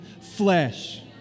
flesh